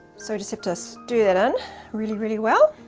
so just have to stir that in really, really well.